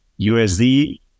USD